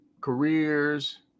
careers